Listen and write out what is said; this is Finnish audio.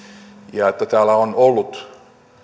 ja että täällä on ollut